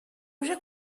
uje